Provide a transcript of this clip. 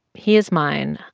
he is mine,